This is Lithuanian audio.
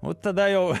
nu tada jau